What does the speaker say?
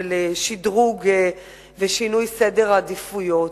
לשדרוג ולשינוי של סדר העדיפויות.